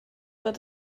wird